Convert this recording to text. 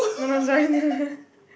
no no sorry